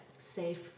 safe